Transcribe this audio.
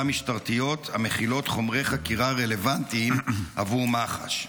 משטרתיות המכילות חומרי חקירה רלוונטיים עבור מח"ש.